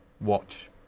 watch